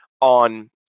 on